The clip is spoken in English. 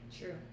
True